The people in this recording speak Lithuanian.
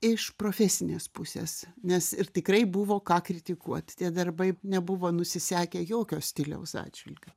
iš profesinės pusės nes ir tikrai buvo ką kritikuot tie darbai nebuvo nusisekę jokio stiliaus atžvilgiu